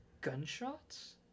gunshots